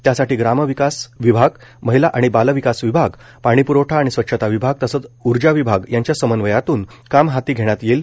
त्यासाठी ग्रामविकास विभाग महिल आणि बालविकास विभाग पाणीप्रवठा आणि स्वच्छता विभाग तसच ऊर्जा विभाग यांच्या समन्वयातून काम हाती घेण्यात येईल